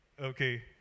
Okay